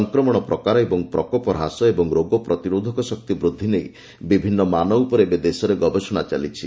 ସଂକ୍ରମଣ ପ୍ରକାର ଏବଂ ପ୍ରକୋପ ହ୍ରାସ ଓ ରୋଗ ପ୍ରତିରୋଧକ ଶକ୍ତି ବୃଦ୍ଧି ନେଇ ବିଭିନ୍ନ ମାନ ଉପରେ ଏବେ ଦେଶରେ ଗବେଷଣା ଚାଲିଛି